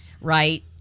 right